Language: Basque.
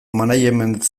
management